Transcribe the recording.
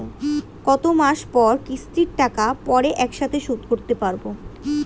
কত মাস পর কিস্তির টাকা পড়ে একসাথে শোধ করতে পারবো?